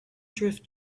drift